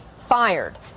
fired